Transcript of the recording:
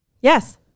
Yes